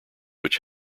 which